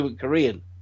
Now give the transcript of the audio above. Korean